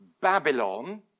Babylon